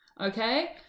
Okay